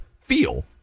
Feel